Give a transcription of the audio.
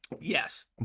Yes